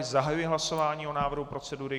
Zahajuji hlasování o návrhu procedury.